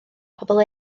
pobl